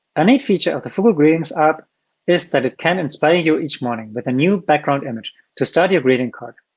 a neat feature of the fugu greetings app is that it can inspire you each morning with a new background image to start your greeting card.